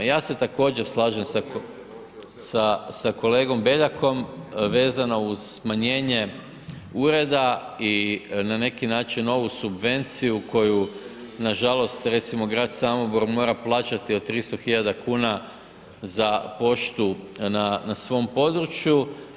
Ja se također slažem sa kolegom Beljakom vezano uz smanjenje ureda i na neki način ovu subvenciju koju nažalost grad Samobor mora plaćati od 300.000 kuna za poštu na svom području.